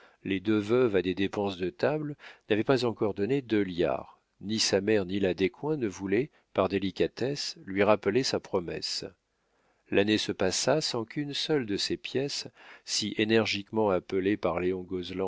les deux veuves à des dépenses de table n'avait pas encore donné deux liards ni sa mère ni la descoings ne voulaient par délicatesse lui rappeler sa promesse l'année se passa sans qu'une seule de ces pièces si énergiquement appelées par léon